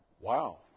wow